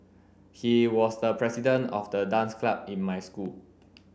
he was the president of the dance club in my school